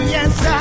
Yes